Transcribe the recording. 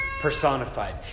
personified